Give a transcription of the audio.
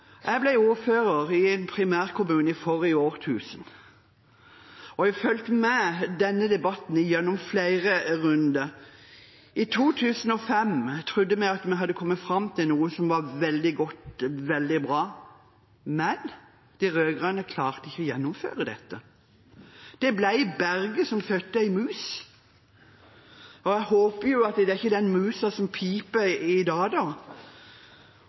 Jeg ble ordfører i en primærkommune i det forrige årtusenet, og jeg har fulgt med på denne debatten gjennom flere runder. I 2005 trodde vi at vi hadde kommet fram til noe som var veldig godt og veldig bra, men de rød-grønne klarte ikke å gjennomføre dette. Det ble berget som fødte en mus, og jeg håper ikke det er den musa som piper i dag.